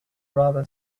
rather